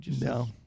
no